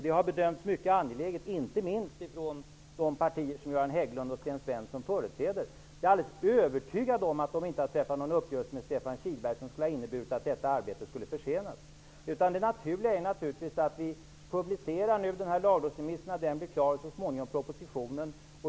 Det har bedömts vara mycket angeläget, inte minst från de partier som Göran Hägglund och Sten Svensson företräder. Därför är jag alldeles övertygad om att de inte har träffat någon uppgörelse med Stefan Kihlberg, vilken skulle ha inneburit att detta arbete skulle försenas. Det naturliga är naturligtvis att vi nu publicerar lagrådsremissen när den blir klar och så småningom också propositionen.